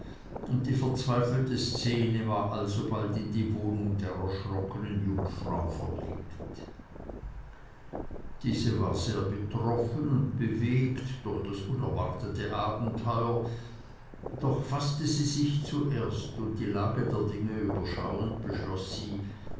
und die verzweifelte szene war alsobald in die wohnung der erschrockenen jungfrau verlegt diese war sehr betroffen und bewegt durch das unerwartete abenteuer doch faßte sie sich zuerst und die lage der dinge überschauend beschloß sie